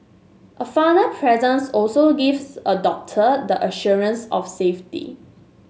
a father's presence also gives a daughter the assurance of safety